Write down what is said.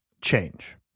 change